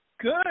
Good